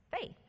faith